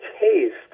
taste